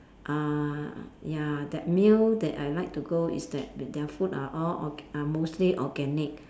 uh ya that meal that I like to go is that their food are all orga~ are mostly organic